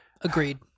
Agreed